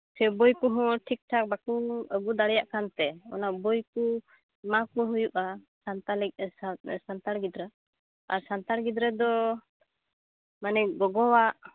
ᱥᱮ ᱵᱳᱭ ᱠᱚᱦᱚᱸ ᱴᱷᱤᱠ ᱴᱷᱟᱠ ᱵᱟᱠᱚ ᱟᱹᱜᱩ ᱫᱟᱲᱮᱭᱟᱜ ᱠᱟᱱᱛᱮ ᱚᱱᱟ ᱵᱳᱭ ᱠᱚ ᱮᱢᱟᱠᱚ ᱦᱩᱭᱩᱜᱼᱟ ᱥᱟᱱᱛᱟᱞᱤ ᱥᱟᱱᱛᱟᱲ ᱜᱤᱫᱽᱨᱟᱹ ᱟᱨ ᱥᱟᱱᱛᱟᱲ ᱜᱤᱫᱽᱨᱟᱹ ᱫᱚ ᱢᱟᱱᱮ ᱜᱚᱜᱚᱣᱟᱜ